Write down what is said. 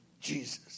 Jesus